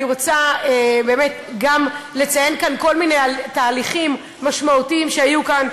אני רוצה באמת גם לציין כאן כל מיני תהליכים משמעותיים שהיו כאן,